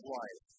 life